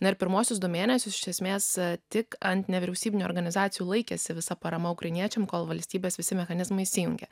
per pirmuosius du mėnesius iš esmės tik ant nevyriausybinių organizacijų laikėsi visa parama ukrainiečiams kol valstybės visi mechanizmai įsijungia